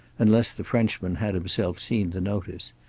unless the frenchman had himself seen the notice,